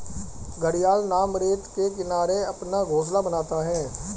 घड़ियाल नम रेत के किनारे अपना घोंसला बनाता है